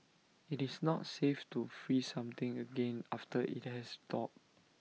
IT is not safe to freeze something again after IT has thawed